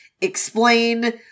explain